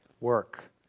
work